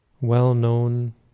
well-known